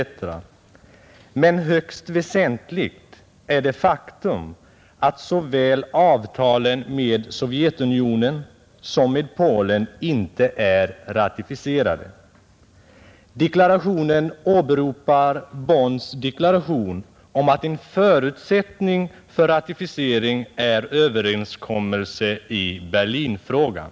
Men högst väsentligt är det faktum att avtalen med såväl Sovjetunionen som Polen inte är ratificerade. Deklarationen åberopar Bonnregeringens deklaration om att en förutsättning för ratificering är överenskommelse i Berlinfrågan.